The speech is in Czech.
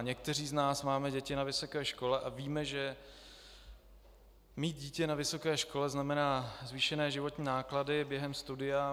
Někteří z nás máme děti na vysoké škole a víme, že mít dítě na vysoké škole znamená zvýšené životní náklady během studia.